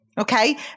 Okay